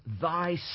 thy